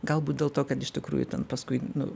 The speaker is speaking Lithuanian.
galbūt dėl to kad iš tikrųjų ten paskui nu